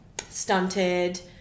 stunted